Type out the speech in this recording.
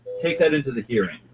take that into the hearing.